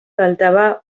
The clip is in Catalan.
faltava